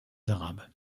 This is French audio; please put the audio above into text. arabes